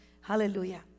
hallelujah